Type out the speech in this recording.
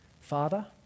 Father